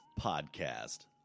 podcast